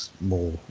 more